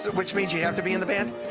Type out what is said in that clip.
so which means you have to be in the band?